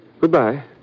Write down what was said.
Goodbye